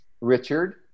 Richard